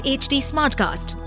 @hdsmartcast